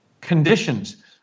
conditions